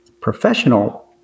professional